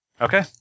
Okay